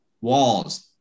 walls